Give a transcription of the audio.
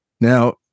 Now